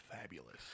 fabulous